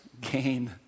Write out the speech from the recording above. gain